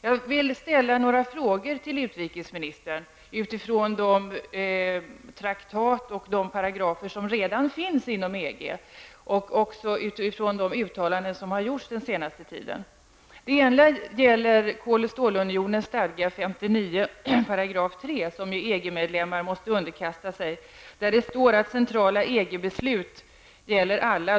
Jag vill ställa några frågor till utrikesministern med utgångspunkt i de traktat och de paragrafer som redan finns inom EG och med utgångspunkt i de uttalanden som har gjorts under den senaste tiden. Den ena frågan gäller Kol och stålunionens stadgar 59:3 som EG-medlemmar måste underkasta sig. Där framgår det att centrala EG-beslut gäller alla.